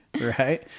Right